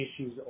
issues